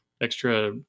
extra